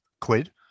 quid